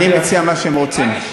אני מציע מה שהם רוצים.